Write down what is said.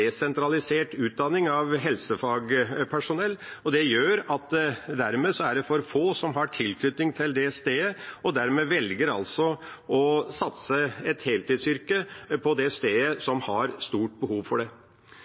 desentralisert utdanning av helsefagpersonell. Det gjør at for få har tilknytning til det stedet og dermed velger å satse på et heltidsyrke der det er stort behov for det.